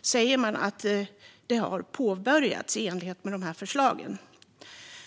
säger man att arbetet har påbörjats i enlighet med förslagen.